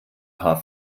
paar